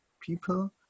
people